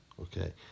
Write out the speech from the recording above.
Okay